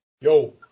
Yo